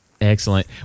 Excellent